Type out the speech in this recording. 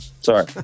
Sorry